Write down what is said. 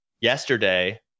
yesterday